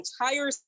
entire